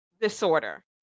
disorder